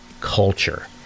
culture